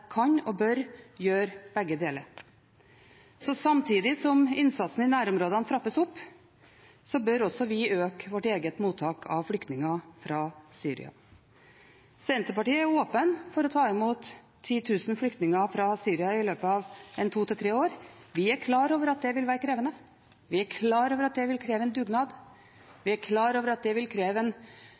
kan og bør gjøre begge deler. Så samtidig som innsatsen i nærområdene trappes opp, bør også vi øke vårt eget mottak av flyktninger fra Syria. Vi i Senterpartiet er åpne for å ta imot 10 000 flyktninger fra Syria i løpet av to–tre år. Vi er klar over at det vil være krevende, vi er klar over at det vil kreve en dugnad, vi er klar over at det vil kreve en